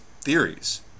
theories